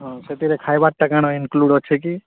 ହଁ ସେଥିରେ ଖାଇବାର୍ଟା କାଣା ଇନକ୍ଲୁଡ଼୍ ଅଛି କି